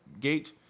gate